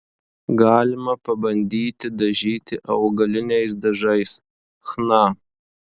galima pabandyti dažyti augaliniais dažais chna